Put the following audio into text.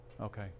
Okay